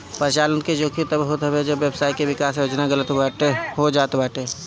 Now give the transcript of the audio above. परिचलन जोखिम तब होत हवे जब व्यवसाय के विकास योजना गलत हो जात बाटे